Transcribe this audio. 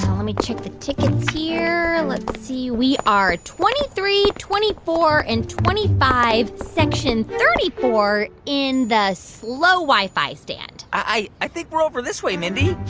let me check the tickets here. let's see. we are twenty three, twenty four and twenty five, section thirty four in the slow wi-fi stand i i think we're over this way, mindy